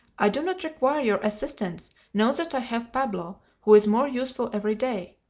i do not require your assistance, now that i have pablo, who is more useful every day.